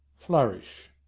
flourish.